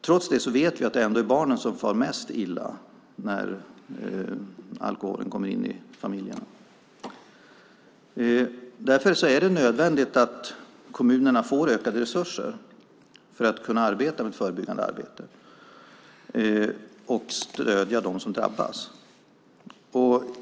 Trots det vet vi att det ändå är barnen som far mest illa när alkoholen kommer in i familjerna. Därför är det nödvändigt att kommunerna får ökade resurser för att kunna arbeta förebyggande och stödja dem som drabbas.